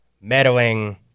meddling